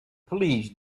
please